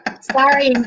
Sorry